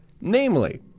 Namely